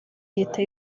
leta